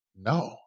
no